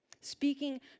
speaking